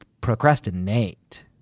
procrastinate